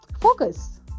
focus